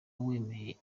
wemeye